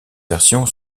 versions